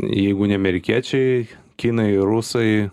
jeigu ne amerikiečiai kinai rusai